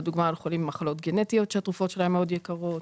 הדוגמה על חולים במחלות גנטיות שהתרופה שלהם מאוד יקרות,